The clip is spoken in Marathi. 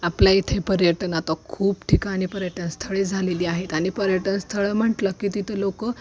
आपल्या इथे पर्यटन आता खूप ठिकाणी पर्यटनस्थळे झालेली आहेत आणि पर्यटनस्थळं म्हटलं की तिथं लोकं